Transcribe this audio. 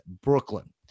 Brooklyn